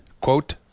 Quote